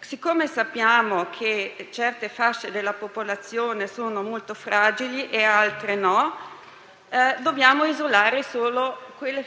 siccome sappiamo che certe fasce della popolazione sono molto fragili e altre no, dobbiamo isolare solo quelle,